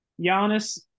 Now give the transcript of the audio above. Giannis